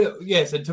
Yes